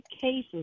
cases